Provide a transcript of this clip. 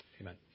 amen